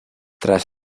tras